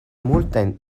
multajn